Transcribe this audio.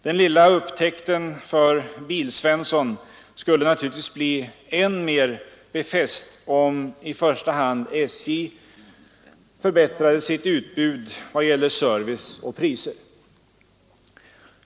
Den lilla upptäckten för Bilsvensson skulle naturligtvis bli än mer befäst, om i första hand SJ förbättrade sitt utbud i vad gäller service och priser.